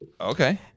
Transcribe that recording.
Okay